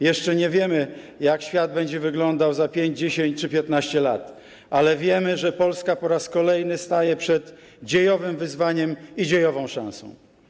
Jeszcze nie wiemy, jak świat będzie wyglądał za 5, 10 czy 15 lat, ale wiemy, że Polska po raz kolejny staje przed dziejowym wyzwaniem i dziejową szansą.